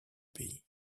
pays